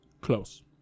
Close